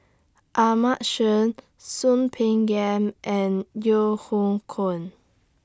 Ahmad Soon Peng Yam and Yeo Hoe Koon